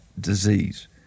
disease